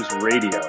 Radio